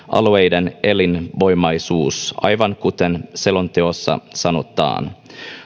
alueiden elinvoimaisuus aivan kuten selonteossa sanotaan